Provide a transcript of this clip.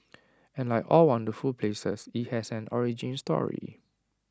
and like all wonderful places IT has an origin story